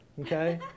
okay